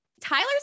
Tyler